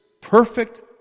perfect